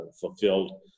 fulfilled